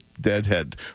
deadhead